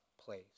place